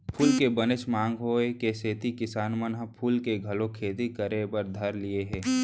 फूल के बनेच मांग होय के सेती किसान मन ह फूल के घलौ खेती करे बर धर लिये हें